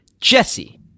Jesse